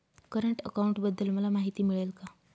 Current अकाउंटबद्दल मला माहिती मिळेल का?